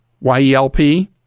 y-e-l-p